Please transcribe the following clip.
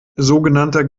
sogenannter